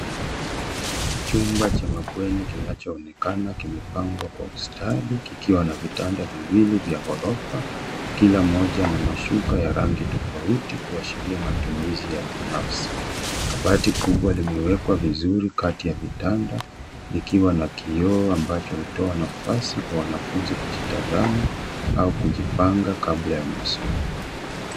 Chumba cha mabweni kinachonekana kimepangwa kwa ustadi kikiwa na vitanda viwili vya orofa kila moja na mshuka ya rangi tofauti kuashiria matumizi ya binafsi. Kabati kubwa limewekwa vizuri kati ya vitanda likiwa na kioo ambacho hutoa nafasi kwa wanafunzi kujitazama au kijipanga kabla ya masomo.